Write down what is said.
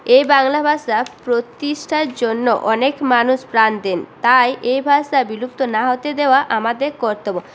এই বাংলা ভাষা প্রতিষ্ঠার জন্য অনেক মানুষ প্রাণ দেন তাই এই ভাষা বিলুপ্ত না হতে দেওয়া আমাদের কর্তব্য